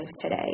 today